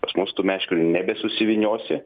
pas mus tų meškerių nebesusivyniosi